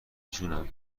جونم